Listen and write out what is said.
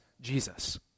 Jesus